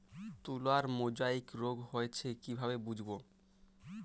তুলার মোজাইক রোগ হয়েছে কিভাবে বুঝবো?